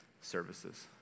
services